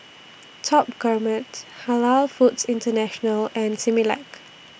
Top Gourmet's Halal Foods International and Similac